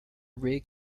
rig